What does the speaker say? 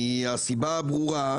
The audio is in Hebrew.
מהסיבה הברורה,